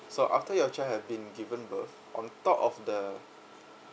so after your child have been given birth on top of the